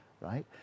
right